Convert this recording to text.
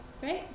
great